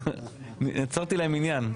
יצרתי להם עניין.